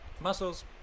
muscles